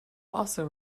also